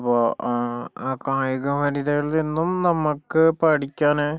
അപ്പോൾ കായിക വനിതകളിൽ നിന്നും നമ്മൾക്ക് പഠിക്കാൻ